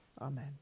Amen